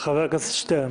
חבר הכנסת שטרן.